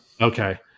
Okay